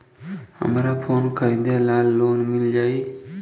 हमरा फोन खरीदे ला लोन मिल जायी?